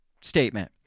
statement